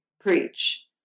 preach